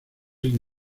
sin